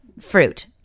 fruit